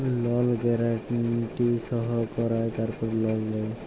লল গ্যারান্টি সই কঁরায় তারপর লল দেই